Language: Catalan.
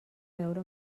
veure